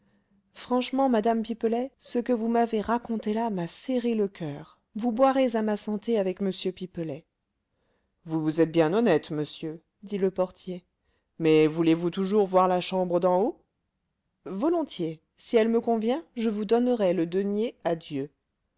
franchement madame pipelet ce que vous m'avez raconté là m'a serré le coeur vous boirez à ma santé avec m pipelet vous êtes bien honnête monsieur dit le portier mais voulez-vous toujours voir la chambre d'en haut volontiers si elle me convient je vous donnerai le denier à dieu